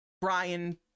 brian